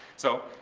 so,